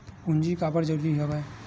पूंजी काबर जरूरी हवय?